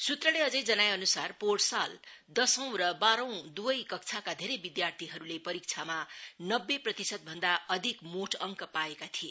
सूत्रले अझै जनाए अन्सार पोहोर साल दशौं र बाहौं द्वै कक्षाका धेरै विध्यार्थीहरूले परीक्षामा नब्बे प्रतिशतभन्दा अधिका मोठ अंक पाएका थिए